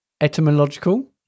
Etymological